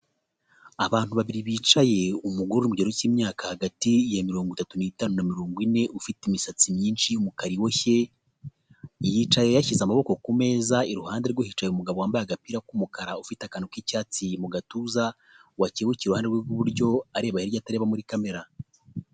Abantu babiri bicaye, umugore uri mi kigero cy'imyaka hagati ya mirongo itatu n'itanu na mirongo ine, ufite imisatsi myinshi y'umukara iboshye, yicaye yashyize amaboko ku meza iruhande rwe hicaye umugabo wambaye agapira k'umukara ufite akantu k'icyatsi mu gatuza wakebukiye iruhande rwe rw'iburyo areba hirya atareba muri kamera.